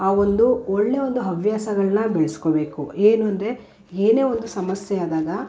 ಆ ಒಂದು ಒಳ್ಳೆ ಒಂದು ಹವ್ಯಾಸಗಳನ್ನ ಬೆಳೆಸ್ಕೋಬೇಕು ಏನೆಂದರೆ ಏನೇ ಒಂದು ಸಮಸ್ಯೆಯಾದಾಗ